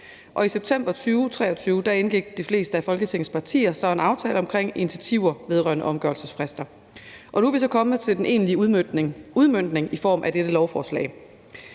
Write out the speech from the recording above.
og i september 2023 indgik de fleste af Folketingets partier så en aftale om initiativer vedrørende omgørelsesfrister. Og nu er vi så kommet til den egentlige udmøntning i form af dette lovforslag.